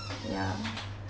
ya